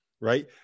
right